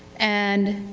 and,